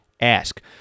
ask